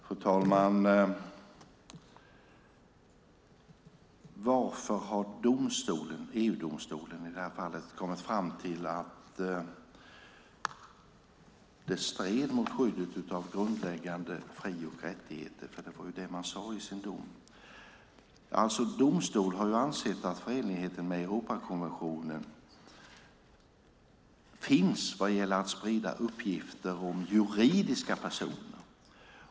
Fru talman! Varför har EU-domstolen kommit fram till att det stred mot skyddet mot grundläggande fri och rättigheter? Det är vad man sade i sin dom. Domstolen har ansett att förenligheten med Europakonventionen finns vad gäller att sprida uppgifter som juridiska personer.